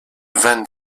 van